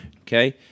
Okay